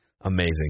Amazing